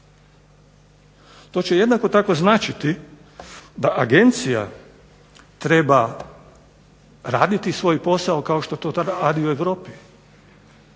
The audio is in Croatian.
To će jednako tako značiti da agencija treba raditi svoj posao kao što to ... u Europi.